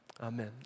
Amen